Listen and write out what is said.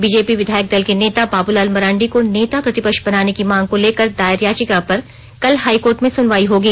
BJP विधायक दल के नेता बाबूलाल मरांडी को नेता प्रतिपक्ष बनाने की मांग को लेकर दायर याचिका पर कल हाईकोर्ट में सुनवाई होगी